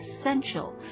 essential